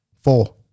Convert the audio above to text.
Four